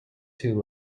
too